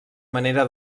manera